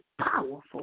powerful